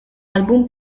album